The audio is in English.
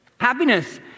Happiness